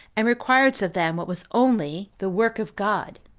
and requiredst of them what was only the work of god.